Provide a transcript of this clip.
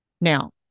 Now